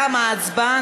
תמה ההצבעה.